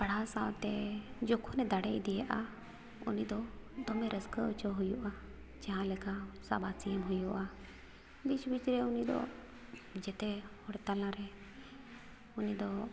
ᱯᱟᱲᱦᱟᱣ ᱥᱟᱶᱛᱮ ᱡᱚᱠᱷᱚᱱᱮ ᱫᱟᱲᱮ ᱤᱫᱤᱭᱟᱜᱼᱟ ᱩᱱᱤᱫᱚ ᱫᱚᱢᱮ ᱨᱟᱹᱥᱠᱟᱹ ᱚᱪᱚ ᱦᱩᱭᱩᱜᱼᱟ ᱡᱟᱦᱟᱸᱞᱮᱠᱟ ᱥᱟᱵᱟᱥᱤᱢ ᱦᱩᱭᱩᱜᱼᱟ ᱵᱤᱪ ᱵᱤᱪ ᱨᱮ ᱩᱱᱤᱫᱚ ᱡᱚᱛᱚ ᱦᱚᱲ ᱛᱟᱞᱟᱨᱮ ᱩᱱᱤᱫᱚ